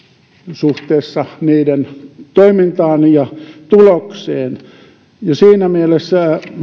suhteessa niiden toimintaan ja tulokseen siinä mielessä